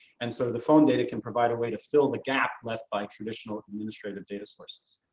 and so the phone data can provide a way to fill the gap left by traditional administrative data sources.